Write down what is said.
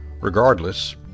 Regardless